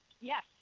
yes